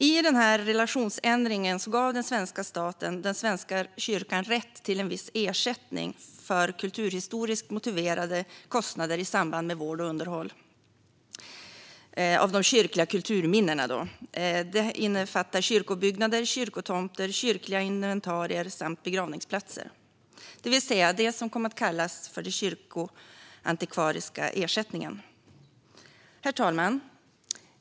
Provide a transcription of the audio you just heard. I samband med denna relationsförändring gav den svenska staten Svenska kyrkan rätt till en viss ersättning för kulturhistoriskt motiverade kostnader i samband med vård och underhåll av de kyrkliga kulturminnena. Detta innefattar kyrkobyggnader, kyrkotomter, kyrkliga inventarier och begravningsplatser. Det här kom att kallas för kyrkoantikvarisk ersättning. Herr talman!